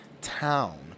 town